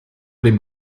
dem